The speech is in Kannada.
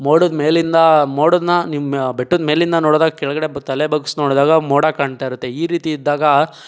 ಮೋಡದ ಮೇಲಿಂದ ಮೋಡನ ನಿಮ್ಮ ಬೆಟ್ಟದ್ಮೇಲಿಂದ ನೋಡಿದಾಗ ಕೆಳಗಡೆ ಬಗ್ಗಿ ತಲೆ ಬಗ್ಗಿಸಿ ನೋಡಿದಾಗ ಮೋಡ ಕಾಣ್ತಾಯಿರುತ್ತೆ ಈ ರೀತಿ ಇದ್ದಾಗ